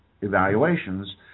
evaluations